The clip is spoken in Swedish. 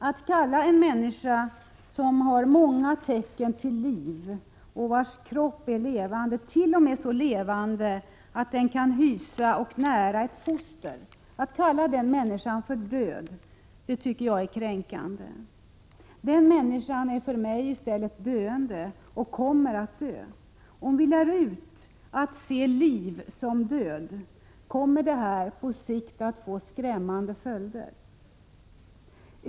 Att kalla en människa som har många tecken till liv och vars kropp är levande, t.o.m. så levande att den kan hysa och nära ett foster, för död, det tycker jag är kränkande. Den människan är för mig i stället döende och kommer att dö. Om vi lär ut att se liv som död kommer det att på sikt få skrämmande följder.